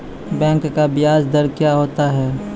Bank का ब्याज दर क्या होता हैं?